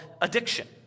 addiction